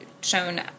shown